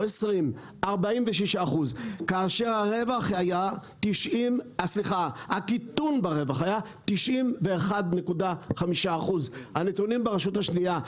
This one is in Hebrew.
לא 20% 46%. כאשר הקיטון ברווח היה 91.5%. הנתונים ברשות השנייה.